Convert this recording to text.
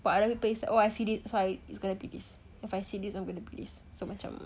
I see it so it's gonna be this if I see this it's gonna be this so macam